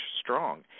strong